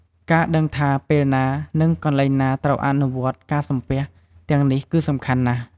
ការដឹងថាពេលណា និងកន្លែងណាត្រូវអនុវត្តការសំពះទាំងនេះគឺសំខាន់ណាស់។